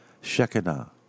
Shekinah